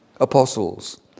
apostles